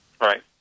Right